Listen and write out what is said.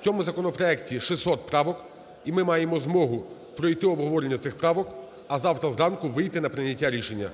В цьому законопроекті 600 правок, і ми маємо змогу пройти обговорення цих правок, а завтра зранку вийти на прийняття рішення.